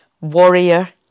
warrior